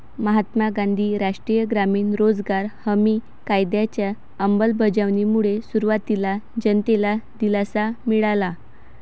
महात्मा गांधी राष्ट्रीय ग्रामीण रोजगार हमी कायद्याच्या अंमलबजावणीमुळे सुरुवातीला जनतेला दिलासा मिळाला